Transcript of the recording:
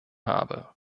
habe